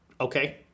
Okay